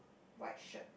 white shirt